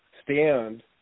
stand